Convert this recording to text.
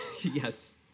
yes